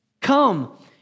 come